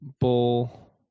bull